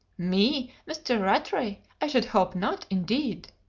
me? mr. rattray? i should hope not, indeed!